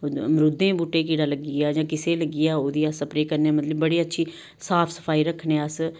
मरूदै दे बूहटे गी कीड़ा लग्गी जा जां किसे गी लग्गी जा ओह्दी अस स्प्रे करने मतलब बड़ी अच्छी साफ सफाई रक्खने अस